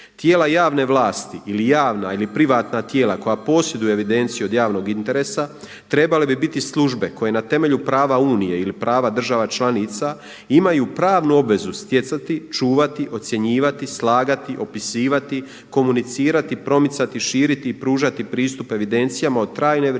„Tijela javne vlasti ili javna ili privatna tijela koja posjeduje evidenciju od javnog interesa trebale bi biti službe koje na temelju prava unije ili prava država članica imaju pravnu obvezu stjecati, čuvati, ocjenjivati, slagati, opisivati, komunicirati, promicati, širiti i pružati pristup evidencijama od trajne vrijednosti